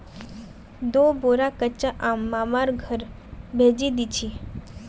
दी बोरा कच्चा आम मामार घर भेजे दीछि